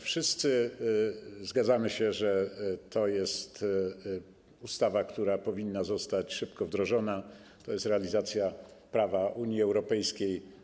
Wszyscy zgadzamy się, że to jest ustawa, która powinna zostać szybko wdrożona, to jest realizacja prawa Unii Europejskiej.